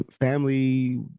family